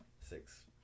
six